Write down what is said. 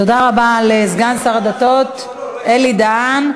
תודה רבה לסגן שר הדתות אלי בן-דהן.